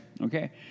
Okay